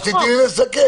אז תתני לי לסכם.